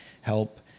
help